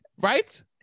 Right